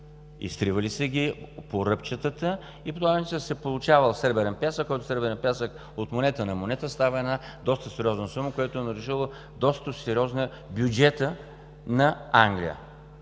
изтривали са ги по ръбчетата. По този начин се получавал сребърен пясък, който от монета на монета става доста сериозна сума, което е нарушило доста сериозно бюджета на Англия.